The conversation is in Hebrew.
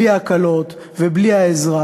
בלי ההקלות ובלי העזרה.